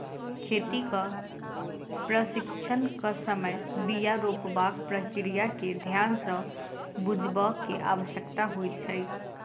खेतीक प्रशिक्षणक समय बीया रोपबाक प्रक्रिया के ध्यान सँ बुझबअ के आवश्यकता होइत छै